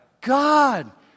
God